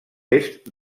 est